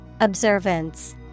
Observance